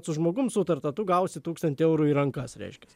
su žmogum sutarta tu gausi tūkstantį eurų į rankas reiškiasi